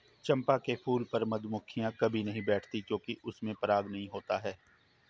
चंपा के फूल पर मधुमक्खियां कभी नहीं बैठती हैं क्योंकि इसमें पराग नहीं होता है